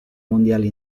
mondiali